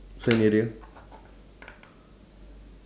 sand area